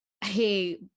hey